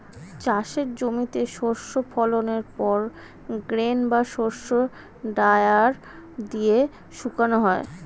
চাষের জমিতে শস্য ফলনের পর গ্রেন বা শস্য ড্রায়ার দিয়ে শুকানো হয়